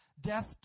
Death